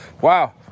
Wow